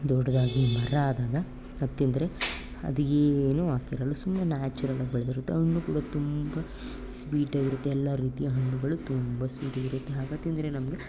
ದೊಡ್ದದಾಗಿ ಮರ ಆದಾಗ ಅದು ತಿಂದರೆ ಅದು ಏನು ಹಾಕಿರೋಲ್ಲ ಸುಮ್ಮನೆ ನ್ಯಾಚುರಲ್ಲಾಗಿ ಬೆಳೆದಿರುತ್ತೆ ಹಣ್ಣು ಕೂಡ ತುಂಬ ಸ್ವೀಟಾಗಿರುತ್ತೆ ಎಲ್ಲ ರೀತಿಯ ಹಣ್ಣುಗಳು ತುಂಬ ಸ್ವೀಟಾಗಿರುತ್ತೆ ಆಗ ತಿಂದರೆ ನಮಗೆ